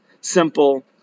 simple